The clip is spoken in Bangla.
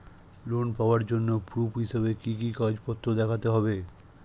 লোন পাওয়ার জন্য প্রুফ হিসেবে কি কি কাগজপত্র দেখাতে হবে?